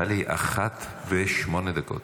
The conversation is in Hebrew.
טלי, תודה.